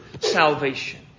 salvation